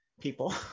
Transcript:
people